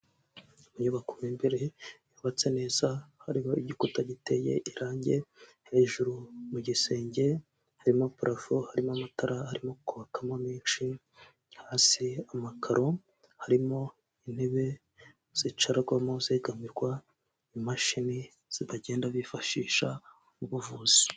Inyubako imbere yubatse neza, hariho igikuta giteye irangi . Hejuru mu gisenge harimo parafo ,harimo amatara arimo kwakamo menshi ,hasi amakaro . Harimo intebe zicarwamo zegamirwa , imashini bagenda bifashisha mu ubuvuzi.